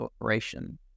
operation